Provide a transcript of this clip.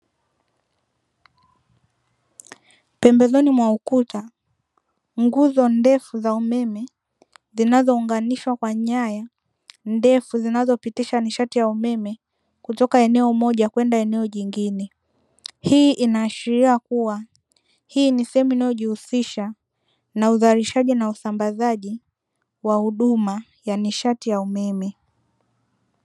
Pembezoni wa ukuta nguzo ndefu za umeme zinazounganishwa kwa nyaya ndefu zinazopitisha nishati ya umeme kutoka eneo moja kwenda lingine. Hii inaashiria kuwa hii ni sehemu inayojihusisha na uzalishaji na usambazaji wa huduma ya nishati ya umeme.